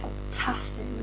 fantastic